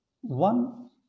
One